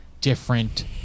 different